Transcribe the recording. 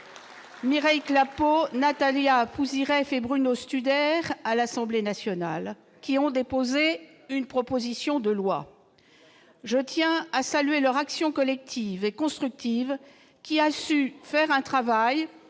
Mireille Clapot, Natalia Pouzyreff et Bruno Studer à l'Assemblée nationale, qui ont déposé une proposition de loi. Je tiens à saluer leur action collective et constructive qui a permis de faire un travail